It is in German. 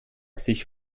sich